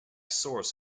source